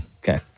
okay